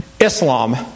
Islam